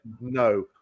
no